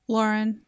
Lauren